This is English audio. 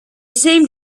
seemed